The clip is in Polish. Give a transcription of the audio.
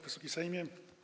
Wysoki Sejmie!